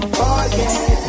forget